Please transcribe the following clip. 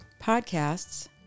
podcasts